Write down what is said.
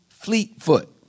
Fleetfoot